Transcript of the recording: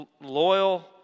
loyal